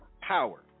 power